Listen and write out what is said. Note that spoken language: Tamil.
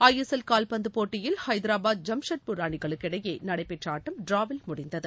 ஐஎஸ்எல் கால்பந்து போட்டியில் ஹைதராபாத் ஐம்ஷெட்பூர் அணிகளுக்கு இடையே நடைபெற்ற ஆட்டம் டிரவில் முடிந்தது